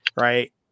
right